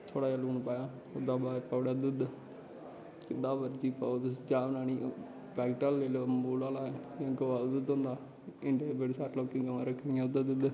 थोह्ड़ा हारा लून पाया ओह्दै शा बाद च पाया दुध्द जिन्ना मर्जी पाओ तुस चाह् पानी पैक्ट आह्ला लेई लैओ अमूल आह्ला गवा दा दुध्द होंदा इद्दर बड़े सारे लोकैं गवां रक्खी दियां उंदा दुध्द